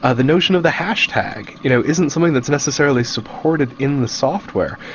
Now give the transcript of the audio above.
ah the notion of the hash tag you know isn't something that's necessarily supported in the software,